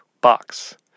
box